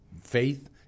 Faith